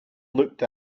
looked